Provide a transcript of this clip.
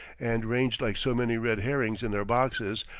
and ranged like so many red herrings in their boxes,